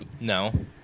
No